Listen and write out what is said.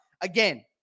again